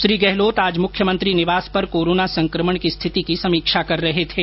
श्री गहलोत आज मुख्यमंत्री निवास पर कोरोना संक्रमण की स्थिति की समीक्षा कर े रहे थे